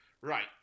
Right